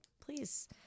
please